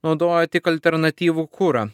naudoja tik alternatyvų kurą